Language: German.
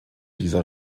dieser